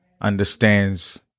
understands